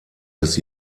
des